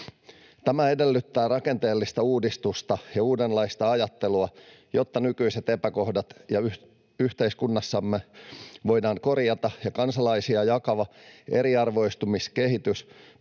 Tämä edellyttää rakenteellista uudistusta ja uudenlaista ajattelua, jotta nykyiset epäkohdat yhteiskunnassamme voidaan korjata ja kansalaisia jakava eriarvoistumiskehitys